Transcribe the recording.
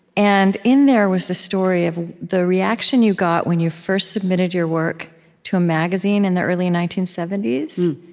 and in there was the story of the reaction you got when you first submitted your work to a magazine in the early nineteen seventy s,